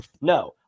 No